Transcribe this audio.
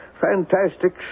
fantastic